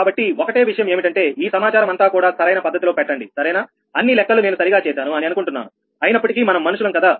కాబట్టి ఒకటే విషయం ఏమిటంటే ఈ సమాచారం అంతా కూడా సరైన పద్ధతిలో పెట్టండి సరేనా అన్ని లెక్కలు నేను సరిగా చేశాను అని అనుకుంటున్నాను అయినప్పటికీ మనం మనుషులం కదా